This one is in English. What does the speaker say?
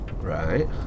Right